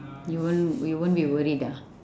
you won't you won't be worried ah